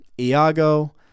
Iago